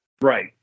right